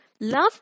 Love